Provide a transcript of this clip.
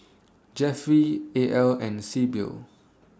Jeffry A L and Sybil